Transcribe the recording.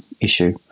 issue